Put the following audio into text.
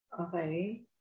Okay